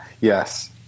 Yes